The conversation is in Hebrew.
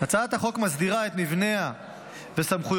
הצעת החוק מסדירה את מבניה וסמכויותיה